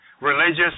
religious